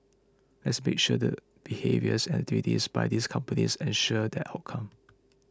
let's make sure that behaviours and activities by these companies ensure that outcome